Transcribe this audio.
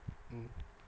mm